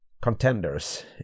contenders